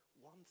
one